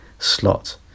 slot